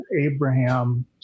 Abraham